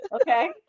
Okay